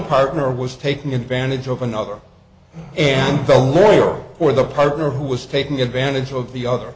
partner was taking advantage of another and fell for the partner who was taking advantage of the other